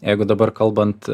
jeigu dabar kalbant